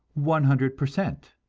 one hundred per cent.